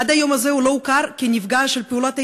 עד היום הזה הוא לא הוכר כנפגע פעולת איבה,